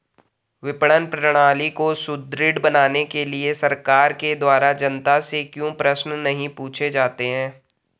विपणन प्रणाली को सुदृढ़ बनाने के लिए सरकार के द्वारा जनता से क्यों प्रश्न नहीं पूछे जाते हैं?